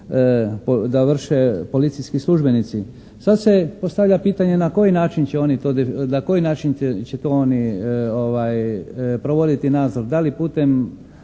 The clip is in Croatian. da vrše policijski službenici. Sad se postavlja pitanje na koji način će to oni provoditi nadzor da li putem